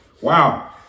Wow